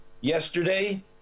Yesterday